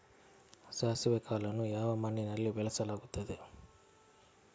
ಸಾಸಿವೆ ಕಾಳನ್ನು ಯಾವ ಮಣ್ಣಿನಲ್ಲಿ ಬೆಳೆಸಲಾಗುತ್ತದೆ?